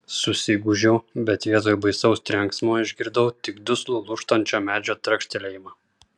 susigūžiau bet vietoj baisaus trenksmo išgirdau tik duslų lūžtančio medžio trakštelėjimą